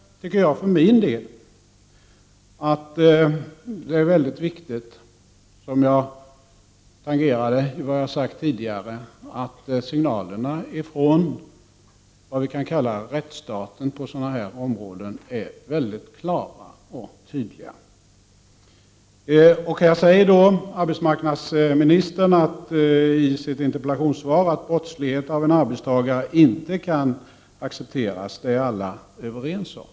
För min del tycker jag det är mycket viktigt, som jag tangerade i det jag har sagt tidigare, att signalerna från vad vi kan kalla rättsstaten på sådana här saker är väldigt klara och tydliga. Arbetsmarknadsministern säger i sitt interpellationssvar att brottslighet av en arbetstagare inte kan accepteras — det är alla överens om.